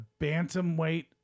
bantamweight